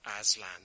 Aslan